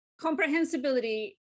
comprehensibility